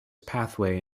pathway